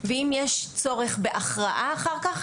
ואם יש צורך בהכרעה אחר כך,